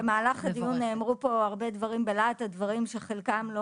במהלך הדיון נאמרו דברים בלהט הדברים שחלקם לא